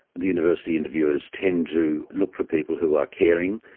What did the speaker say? the university interviewers tend to look for people who are caring,